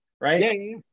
right